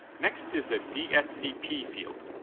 next is the dscp field.